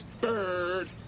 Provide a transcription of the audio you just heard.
Bird